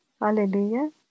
Hallelujah